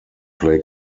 play